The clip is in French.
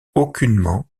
aucunement